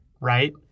right